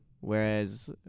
Whereas